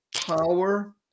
power